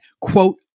quote